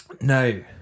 No